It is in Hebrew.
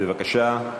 בבקשה.